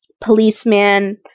policeman